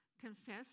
confess